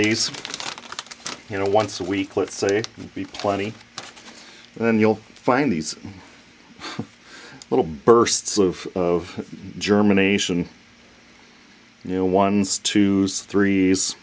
these you know once a week let's say be plenty and then you'll find these little bursts of of germination you know ones two three